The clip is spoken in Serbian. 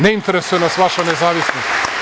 Ne interesuje nas vaša nezavisnost.